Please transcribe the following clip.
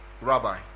Rabbi